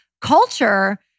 culture